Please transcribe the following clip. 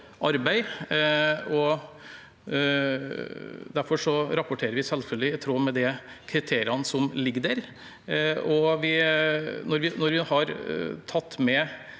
Derfor rapporterer vi selvfølgelig i tråd med de kriteriene som ligger der. Når vi har tatt med